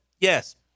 yes